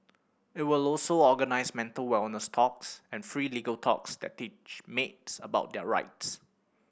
it will also organise mental wellness talks and free legal talks that teach maids about their rights